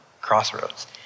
crossroads